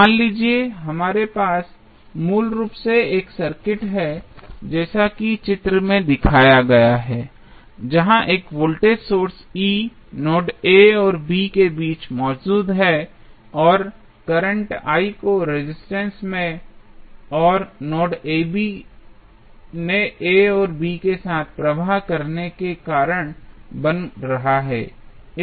मान लीजिए हमारे पास मूल रूप से एक सर्किट है जैसा कि इस चित्र में दिखाया गया है जहां एक voltage source E node a और b के बीच मौजूद है और यह करंट I को रेजिस्टेंस में और नोड a और b के साथ प्रवाह करने का कारण बन रहा है